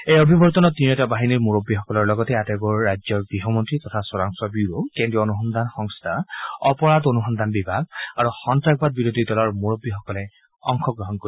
এই অভিৱৰ্তনত তিনিওটা বাহিনীৰ মূৰববীসকলৰ লগতে আটাইবোৰ ৰাজ্যৰ গৃহমন্ত্ৰী আৰু চোৰাংচোৱা ব্যুৰ কেন্দ্ৰীয় অনুসন্ধান সংস্থা অপৰাধ অনুসন্ধান বিভাগ আৰু সন্তাসবাদ বিৰোধী দলৰ মূৰববীসকলে অংশগ্ৰহণ কৰিব